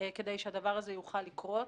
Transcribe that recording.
כדי שהדבר הזה יוכל לקרות.